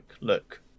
look